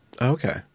Okay